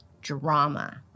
drama